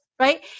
Right